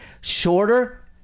shorter